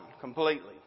completely